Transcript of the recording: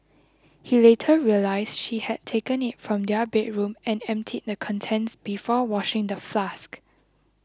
he later realised she had taken it from their bedroom and emptied the contents before washing the flask